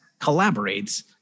collaborates